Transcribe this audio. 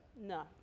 No